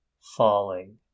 falling